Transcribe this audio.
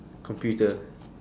computer